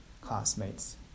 classmates